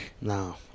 No